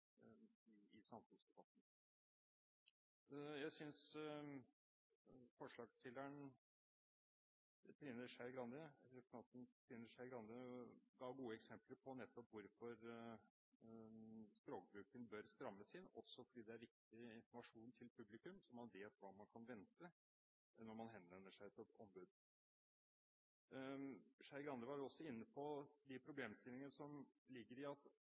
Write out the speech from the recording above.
i samfunnsdebatten. Jeg synes forslagsstilleren, representanten Trine Skei Grande, ga gode eksempler på nettopp hvorfor språkbruken bør strammes inn. Det er viktig informasjon til publikum, slik at man vet hva man kan vente seg når man henvender seg til et ombud. Skei Grande var også inne på de problemstillingene som ligger i at